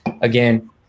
again